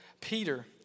Peter